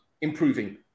improving